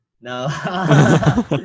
no